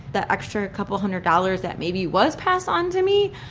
that extra couple hundred dollars that maybe was passed on to me,